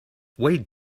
wait